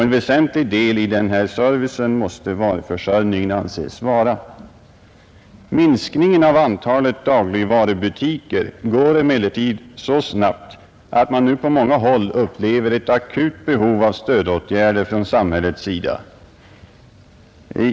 En väsentlig del i denna service måste varuförsörjningen anses vara. Minskningen av antalet dagligvarubutiker går emellertid så snabbt att man nu på många håll upplever ett akut behov av stödåtgärder från samhällets sida.